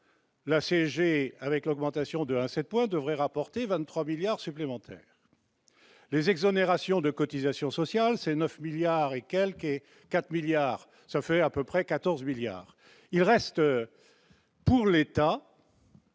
La CGT, avec l'augmentation de la 7 devrait rapporter 23 milliards supplémentaires, les exonérations de cotisations sociales, c'est 9 milliards et quelques et 4 milliards ça fait à peu près 14 milliards il reste pour l'État